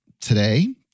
today